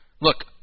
look